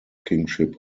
kingship